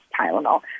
Tylenol